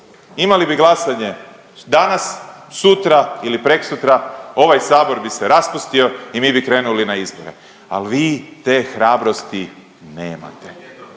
imali bi glasanje danas, sutra ili preksutra. Ovaj sabor bi se raspustio i mi bi krenuli na izbore al vi te hrabrosti nemate.